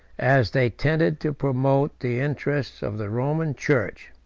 as they tended to promote the interest of the roman church.